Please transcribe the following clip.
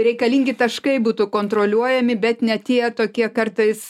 reikalingi taškai būtų kontroliuojami bet ne tie tokie kartais